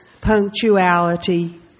punctuality